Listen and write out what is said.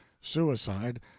suicide